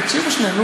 תקשיבו שנייה.